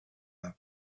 our